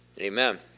Amen